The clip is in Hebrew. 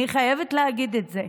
אני חייבת להגיד את זה.